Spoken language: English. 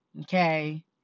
okay